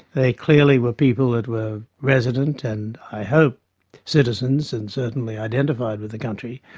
they clearly were people and were resident and i hope citizens and certainly identified with the country.